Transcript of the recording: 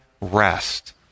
rest